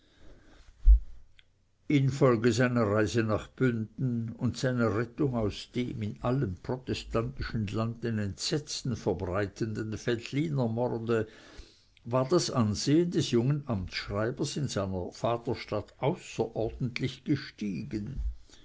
infolge seiner reise nach bünden und seiner rettung aus dem in allen protestantischen landen entsetzen verbreitenden veltlinermorde war das ansehen des jungen amtsschreibers in seiner vaterstadt außerordentlich gestiegen